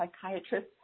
psychiatrist